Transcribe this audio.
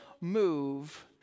move